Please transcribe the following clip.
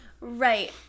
Right